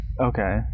Okay